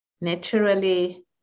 naturally